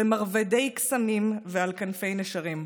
במרבדי קסמים ועל כנפי נשרים.